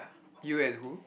you and who